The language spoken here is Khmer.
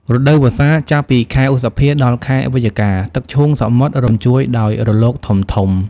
រដូវវស្សា ចាប់ពីខែឧសភាដល់ខែវិច្ឆិកា ទឹកឈូងសមុទ្រ រញ្ជួយដោយរលកធំៗ។